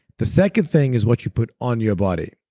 the second thing is what you put on your body.